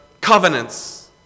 covenants